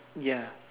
ya